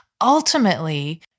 ultimately